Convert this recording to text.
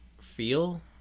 feel